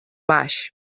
baix